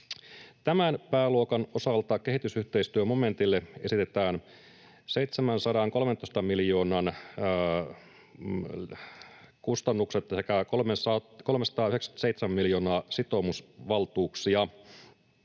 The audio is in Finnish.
Tämän pääluokan osalta kehitysyhteistyömomentille esitetään 713 miljoonan kustannukset sekä 397 miljoonaa sitoumusvaltuuksia.